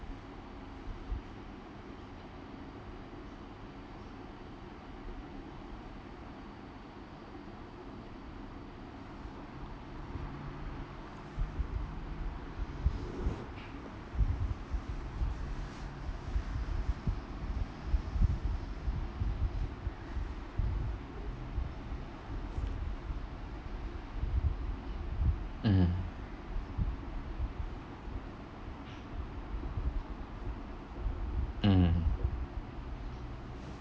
mm mm